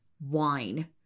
wine